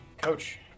Coach